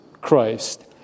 Christ